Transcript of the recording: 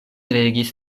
regis